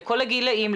לכל הגילאים,